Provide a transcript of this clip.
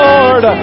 Lord